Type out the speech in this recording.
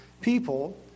people